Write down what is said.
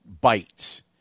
bites